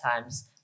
times